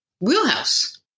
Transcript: wheelhouse